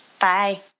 Bye